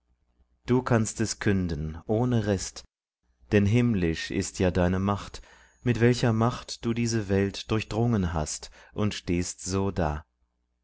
du kannst es künden ohne rest denn himmlisch ist ja deine macht mit welcher macht du diese welt durchdrungen hast und stehst so da